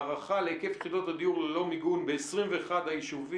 הערכה להיקף יחידות הדיור ב-21 היישובים,